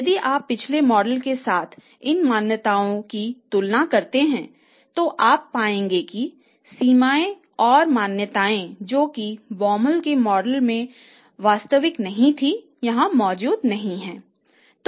यदि आप पिछले मॉडल के साथ इन मान्यताओं की तुलना करते हैं तो आप पाएंगे कि सीमाएं या मान्यताओं जो कि Baumol के मॉडल में वास्तविक नहीं थीं यहां मौजूद नहीं हैं